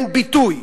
ביטוי.